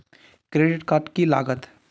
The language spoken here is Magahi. क्रेडिट कार्ड की लागत?